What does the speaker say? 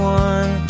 one